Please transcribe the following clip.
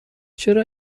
چرا